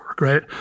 Right